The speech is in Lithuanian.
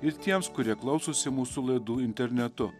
ir tiems kurie klausosi mūsų laidų internetu